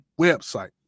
website